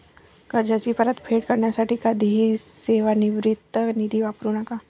कर्जाची परतफेड करण्यासाठी कधीही सेवानिवृत्ती निधी वापरू नका